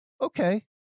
Okay